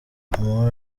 mama